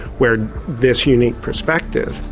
where this unique perspective,